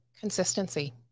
consistency